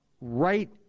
right